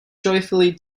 joyfully